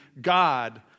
God